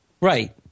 Right